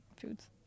foods